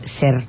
ser